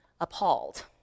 appalled